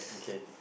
okay